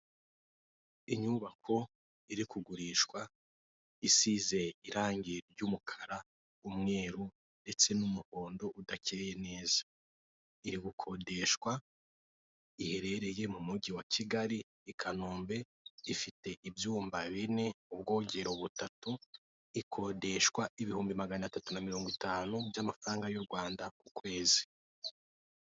Inyubako iri kugurishwa isize irangi ry'umukara, umweru' ndetse n'umuhondo udakeye neza iri gukodeshwa iherereye mu mujyi wa kigali I kanombe ifite ibyumba bine ubwogero butatu ikodeshwa ibihumbi magana atatu na mirongo itanu by'amafaranga y'u Rwanda ku kwezi.